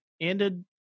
ended